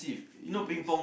yes